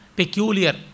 peculiar